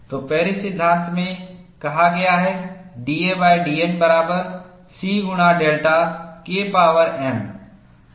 तो पेरिस सिद्धांत में कहा गया है dadN बराबर C गुणा डेल्टा K पावर m